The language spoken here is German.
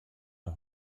der